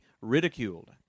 ridiculed